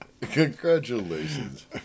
Congratulations